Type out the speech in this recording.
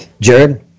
Jared